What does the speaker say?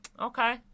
Okay